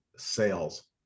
sales